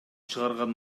чыгарган